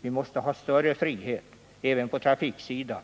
Vi måste ha större frihet även på trafikens område.